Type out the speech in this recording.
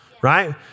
right